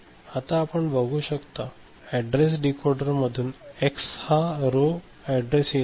आता आपण बघू शकता ऍड्रेस डीकोडर मधून एक्स हा रो ऍड्रेस येत आहे